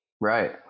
Right